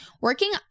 Working